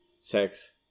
Sex